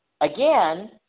again